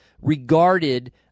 regarded